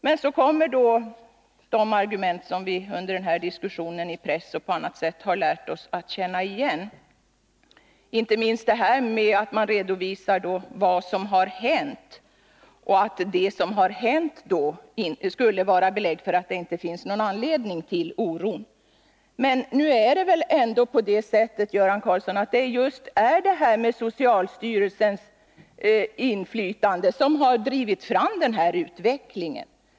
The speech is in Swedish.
Men så kommer de argument som vi under den här diskussionen, i press och på annat sätt har lärt oss att känna igen, inte minst detta att man redovisar vad som har hänt och att det som har hänt skulle vara belägg för att det inte finns någon anledning till oro. Det är väl ändå så, Göran Karlsson, att det är just socialstyrelsens inflytande som har drivit fram utvecklingen.